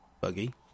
buggy